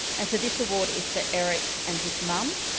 and so this award is for eric and his mum.